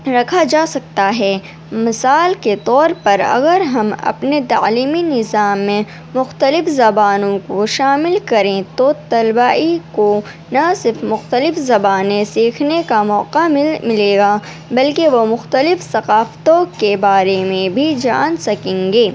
رکھا جا سکتا ہے مثال کے طور پر اگر ہم اپنے تعلیمی نظام میں مختلف زبانوں کو شامل کریں تو طلبا ہی کو نہ صرف مختلف زبانیں سیکھنے کا موقع مل ملے گا بلکہ وہ مختلف ثقافتوں کے بارے میں بھی جان سکیں گے